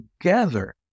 together